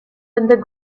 and